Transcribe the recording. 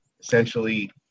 Essentially